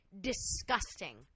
disgusting